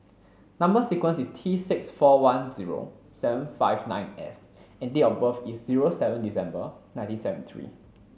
number sequence is T six four one zero seven five nine S and date of birth is zero seven December nineteen seventy three